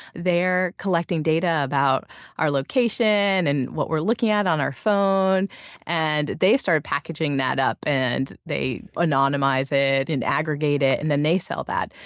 they're collecting data about our location and what we're looking at on our phones and they started packaging that up and they anonymize it and aggregate it and then they sell that.